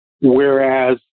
whereas